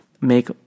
make